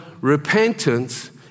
repentance